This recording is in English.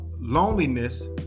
loneliness